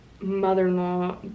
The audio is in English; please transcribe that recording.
mother-in-law